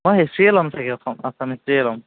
মই হিষ্ট্ৰীয়ে ল'ম ছাগে অসম আছাম হিষ্ট্ৰীয়ে ল'ম